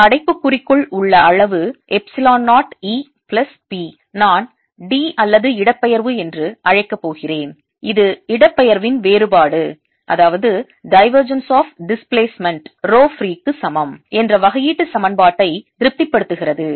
இந்த அடைப்புக்குறிக்குள் உள்ள அளவு எப்சிலான் 0 E பிளஸ் P நான் D அல்லது இடப்பெயர்வு என்று அழைக்கப் போகிறேன் இது இடப்பெயர்வின் வேறுபாடு ரோ ஃப்ரீக்கு சமம் என்ற வகையீட்டு சமன்பாட்டை திருப்திப்படுத்துகிறது